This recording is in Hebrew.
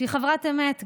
שהיא חברת אמת,